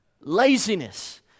Laziness